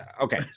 okay